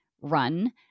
run